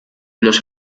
los